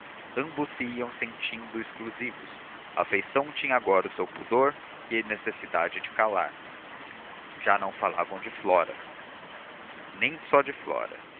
ambos se iam sentindo exclusivos a afeição tinha agora o seu pudor e necessidade de calar já não falavam de flora nem só de flora